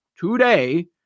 today